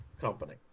company